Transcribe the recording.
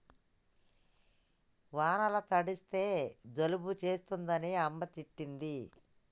వానల తడిస్తే జలుబు చేస్తదని అమ్మ తిట్టింది